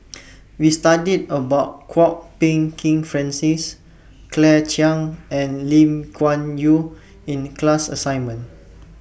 We studied about Kwok Peng Kin Francis Claire Chiang and Lim Kuan Yew in class assignment